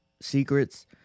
secrets